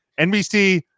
NBC